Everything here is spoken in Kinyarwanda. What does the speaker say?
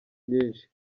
nyinshi